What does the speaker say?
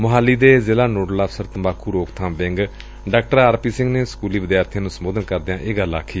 ਮੁਹਾਲੀ ਦੇ ਜ਼ਿਲ੍ਹਾ ਨੋਡਲ ਅਫ਼ਸਰ ਤੰਬਾਕੁ ਰੋਕਬਾਮ ਵਿੰਗ ਡਾ ਆਰਪੀ ਸਿੰਘ ਨੇ ਸਕੁਲੀ ਵਿਦਿਆਰਥੀਆਂ ਨੰ ਸੰਬੋਧਨ ਕਰਦਿਆਂ ਆਖੀ